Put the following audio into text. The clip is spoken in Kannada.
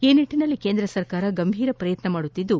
ಈ ನಿಟ್ವನಲ್ಲಿ ಕೇಂದ್ರ ಸರ್ಕಾರ ಗಂಭೀರ ಪ್ರಯತ್ನವನ್ನು ಮಾಡುತ್ತಿದ್ದು